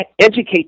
educate